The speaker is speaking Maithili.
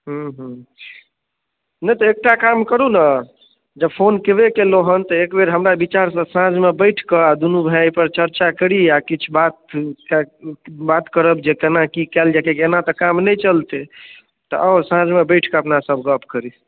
हूँ हूँ नहि तऽ एकटा काम करू ने जब फोन कयबे कयलहुँ हँ तऽ एकबेर हमरा विचारसँ साँझमे बैठ कऽ दुनू भाइ एहि पर चर्चा करी आ किछु बातके करब जे केना की कयल जाय किएकि एना तऽ काम नहि चलतै तऽ आउ साँझमे बैठ कऽ अपना सभ गप करी